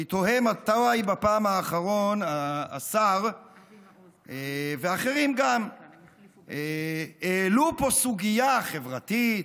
אני תוהה: מתי בפעם האחרונה השר ואחרים גם העלו פה סוגיה חברתית,